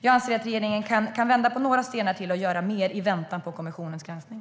Jag anser att regeringen kan vända på några stenar till och göra mer i väntan på kommissionens granskning.